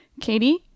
Katie